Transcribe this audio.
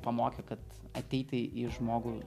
pamokė kad ateiti į žmogų